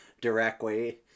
directly